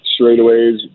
straightaways